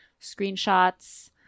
screenshots